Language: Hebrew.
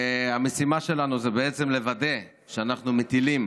המשימה שלנו היא בעצם לוודא שאנחנו מטילים